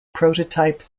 prototype